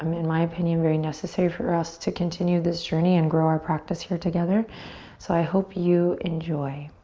um in my opinion, very necessary for us to continue this journey and grow our practice here together so i hope you enjoy.